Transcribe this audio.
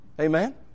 Amen